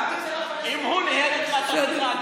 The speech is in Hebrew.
אם הוא ניהל איתך את השיחה,